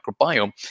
microbiome